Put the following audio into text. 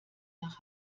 nach